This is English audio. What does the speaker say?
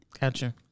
Gotcha